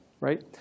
right